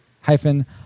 hyphen